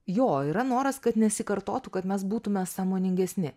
jo yra noras kad nesikartotų kad mes būtume sąmoningesni